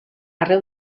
arreu